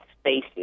spaces